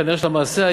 כנראה שהמעשה,